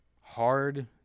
hard